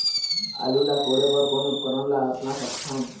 आलू ला कोड़े बर कोन उपकरण ला अपना सकथन?